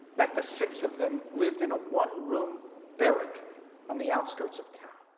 that the six of them lived in a one-room barrack on the outskirts of town.